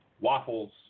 waffles